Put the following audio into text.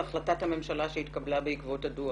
זאת החלטת הממשלה שהתקבלה בעקבות הדוח.